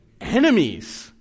enemies